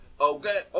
okay